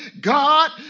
God